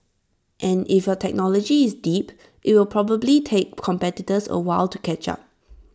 and if your technology is deep IT will probably take competitors A while to catch up